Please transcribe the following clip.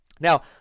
Now